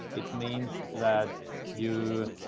it means that you